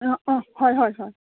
অঁ অঁ হয় হয় হয়